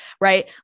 Right